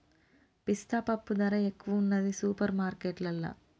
పిస్తా పప్పు ధర ఎక్కువున్నది సూపర్ మార్కెట్లల్లా